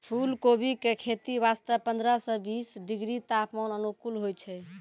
फुलकोबी के खेती वास्तॅ पंद्रह सॅ बीस डिग्री तापमान अनुकूल होय छै